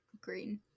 green